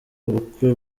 ubukwe